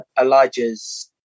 Elijah's